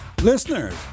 Listeners